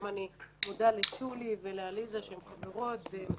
אני גם מודה לשולי ולעליזה שהן חברות והן